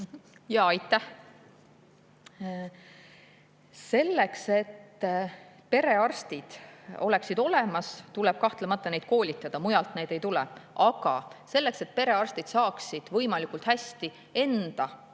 Aitäh! Selleks et perearstid oleksid olemas, tuleb kahtlemata neid koolitada. Mujalt neid ei tule. Aga selleks et perearstid saaksid võimalikult hästi enda